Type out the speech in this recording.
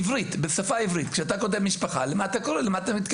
בשפה העברית כשאתה כותב משפחה, למה אתה מתכוון?